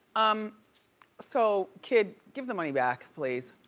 um so kid, give the money back please.